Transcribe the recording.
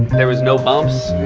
there was no bumps,